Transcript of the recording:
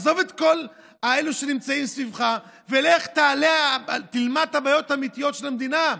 עזוב את כל אלו שנמצאים סביבך ולך תלמד את הבעיות האמיתיות של המדינה.